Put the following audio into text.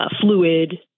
fluid